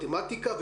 מתמטיקה,